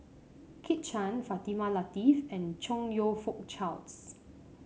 Kit Chan Fatimah Lateef and Chong You Fook Charles